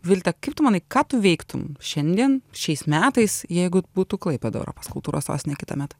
vilte kaip tu manai ką tu veiktum šiandien šiais metais jeigu būtų klaipėda europos kultūros sostinė kitąmet